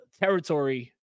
territory